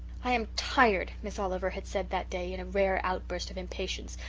i am tired, miss oliver had said that day, in a rare outburst of impatience,